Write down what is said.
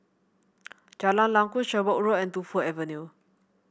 Jalan Lakum Sherwood Road and Tu Fu Avenue